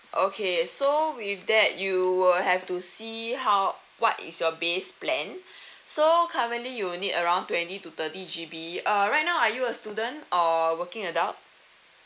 okay so with that you will have to see how what is your base plan so currently you need around twenty to thirty G_B uh right now are you a student or working adult